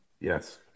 yes